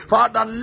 Father